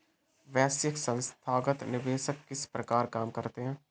वैश्विक संथागत निवेशक किस प्रकार काम करते हैं?